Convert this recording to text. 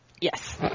Yes